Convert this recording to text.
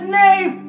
name